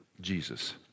Jesus